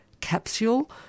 capsule